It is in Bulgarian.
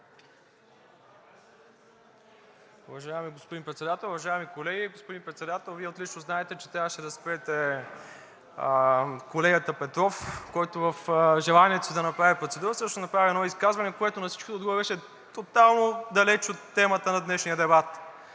Уважаеми господин Председател, уважаеми колеги! Господин Председател, Вие отлично знаете, че трябваше да спрете колегата Петров, който в желанието си да направи процедура всъщност направи едно изказване, което на всичкото отгоре беше тотално далеч от темата на днешния дебат.